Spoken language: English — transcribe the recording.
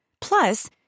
Plus